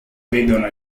vedono